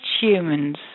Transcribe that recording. humans